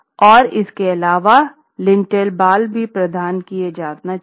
और इसके अलावा लिंटेल बार भी प्रदान किए जाने चाहिए